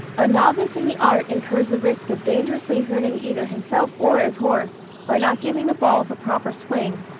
a novice in the art incurs the risk of dangerously hurting either himself or his horse, by not giving the balls the proper swing,